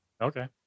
okay